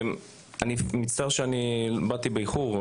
מצטער שבאתי באיחור,